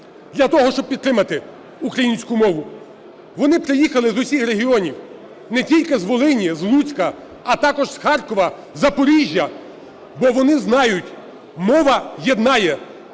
для того, щоб підтримати українську мову. Вони приїхали з усіх регіонів, не тільки з Волині, з Луцька, а також з Харкова, Запоріжжя, бо вони знають, мова єднає.